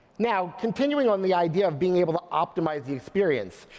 now, continuing on the idea of being able to optimize the experience.